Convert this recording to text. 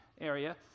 area